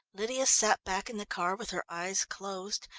lydia sat back in the car with her eyes closed,